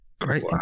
great